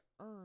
earn